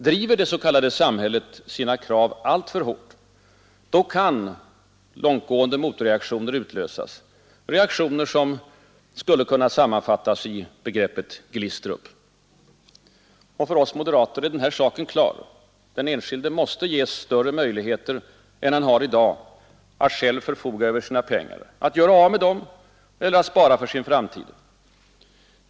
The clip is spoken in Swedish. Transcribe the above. Driver det s.k. samhället sina krav alltför hårt, kan långtgående motreaktioner utlösas, reaktioner som skulle kunna sammanfattas i begreppet ”Glistrup”. För oss moderater är den här saken klar. Den enskilde måste ges större möjligheter än han har i dag att själv förfoga över sina pengar, att göra av med dem eller spara för sin framtid.